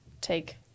take